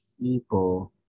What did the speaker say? People